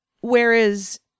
Whereas